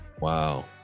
Wow